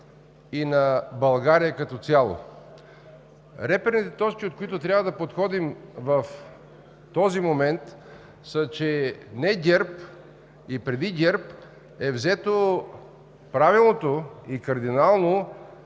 и на България като цяло. Реперните точки, от които трябва да подходим в този момент са, че не ГЕРБ, и преди ГЕРБ е взето правилното и кардинално